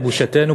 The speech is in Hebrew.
לבושתנו,